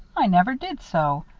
i never did sew.